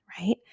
right